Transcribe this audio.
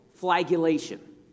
flagellation